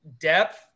depth